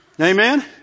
Amen